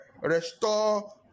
restore